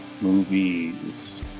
movies